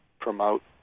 promote